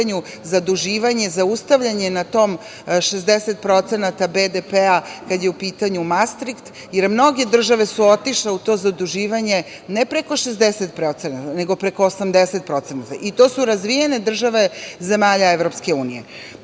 zaduživanje, zaustavljanje na tom 60% BDP-a kada je u pitanju mastriht, jer mnoge države su otišle u to zaduživanje ne preko 60%, nego preko 80% i to su razvijene države zemalja